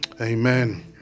Amen